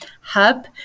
hub